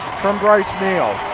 from bryce meehl.